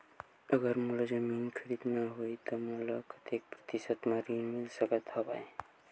अगर मोला जमीन खरीदना होही त मोला कतेक प्रतिशत म ऋण मिल सकत हवय?